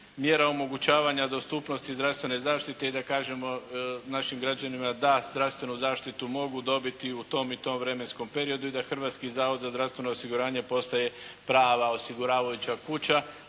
mjera omogućavanja dostupnosti zdravstvene zaštite i da kažemo našim građanima da zdravstvenu zaštitu mogu dobiti u tom i tom vremenskom periodu i da Hrvatski zavod za zdravstveno osiguranje postaje prava osiguravajuća kuća,